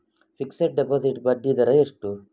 Fixed deposit ಬಡ್ಡಿ ದರ ಎಷ್ಟು?